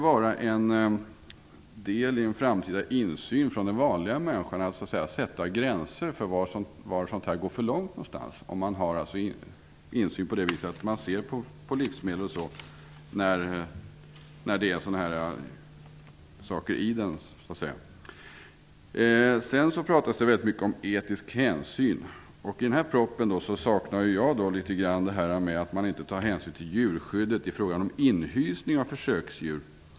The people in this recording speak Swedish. Det kan vara en del i en framtida insyn från den vanliga människans sida att sätta gränser för när det går för långt. Man har alltså insyn och kan se innehållet. Vidare talas det väldigt mycket om etisk hänsyn. I framlagda proposition saknar jag litet grand att man inte tar hänsyn till djurskyddet i fråga om inhysning av försöksdjur.